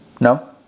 No